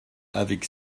avec